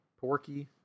porky